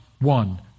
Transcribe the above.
one